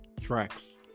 tracks